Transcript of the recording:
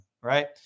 Right